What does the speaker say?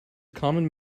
common